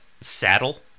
saddle